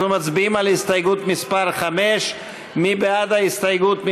אנחנו מצביעים על הסתייגות מס' 5. מי בעד ההסתייגות?